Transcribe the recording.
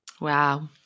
Wow